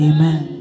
Amen